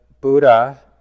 Buddha